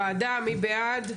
בעד,